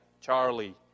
Charlie